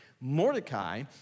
Mordecai